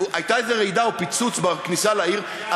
הייתה איזו רעידה או פיצוץ בכניסה לעיר.